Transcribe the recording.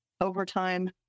overtime